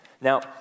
Now